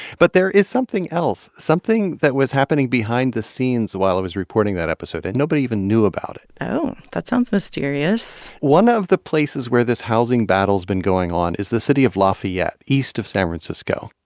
but there is something else something that was happening behind the scenes while i was reporting that episode, and nobody even knew about it oh, that sounds mysterious one of the places where this housing battle's been going on is the city of lafayette, east of san francisco.